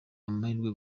amahirwe